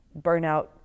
burnout